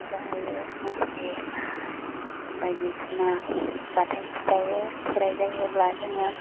फुजा होयो मोसायो बायदिसिना जाथाय खिथायो खेराइ जायोब्ला जोङो